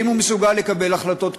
ואם הוא מסוגל לקבל החלטות,